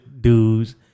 dudes